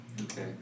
Okay